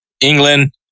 England